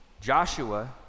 Joshua